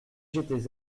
j’étais